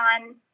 on